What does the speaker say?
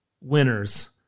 winners